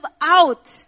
out